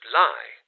lie